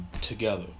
together